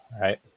Right